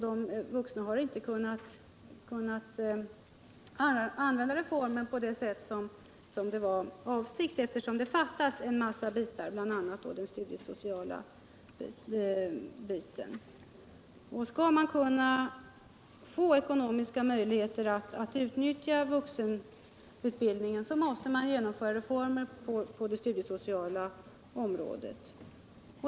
De vuxna har inte kunnat dra nytta av reformen så som avsikten var, eftersom många problem återstår att lösa — bl.a. den studiesociala delen. Skall människor kunna få ekonomiska möjligheter att utnyttja vVuxenutbildningen, så måste det genomföras reformer på det studiesociala området.